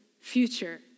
future